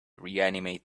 reanimate